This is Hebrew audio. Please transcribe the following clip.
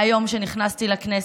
מהיום שנכנסתי לכנסת.